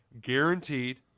guaranteed